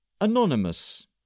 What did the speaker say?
Anonymous